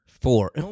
Four